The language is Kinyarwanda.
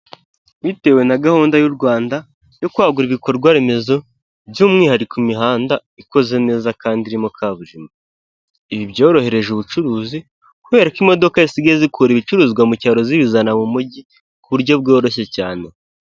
Bitewe na gahunda y'u Rwanda yo kwagura ibikorwaremezo by'umwihariko imihanda ikoze neza kandi irimo kaburimbo, ibi byorohereje ubucuruzi kubera ko imodoka zisigaye zikura ibicuruzwa mu cyaro zibizana mu mujyi, ku buryo bworoshye cyane.